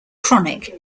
chronic